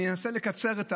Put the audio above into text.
אני אנסה לקצר,